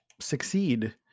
succeed